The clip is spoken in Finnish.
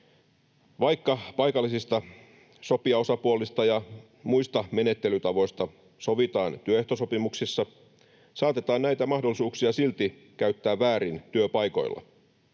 ”Vaikka paikallisista sopijaosapuolista ja muista menettelytavoista sovitaan työehtosopimuksissa, saatetaan näitä mahdollisuuksia silti käyttää väärin työpaikoilla.